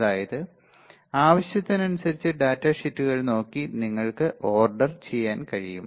അതായത് ആവശ്യത്തിനനുസരിച്ച് ഡാറ്റ ഷീറ്റുകൾ നോക്കി നിങ്ങൾക്ക് ഓർഡർ ചെയ്യാൻ കഴിയും